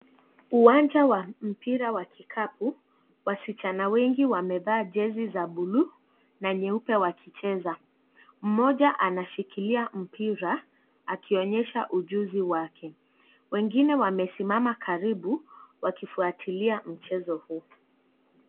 Uwanja wa mpira ya kikapu, wasichana wengi wamevaa jesi za buluu na nyeupe wakicheza, moja anashikilia mpira akionyesha ujuzi wake, wengine wamesima karibu wakifuatilia mchezo huu.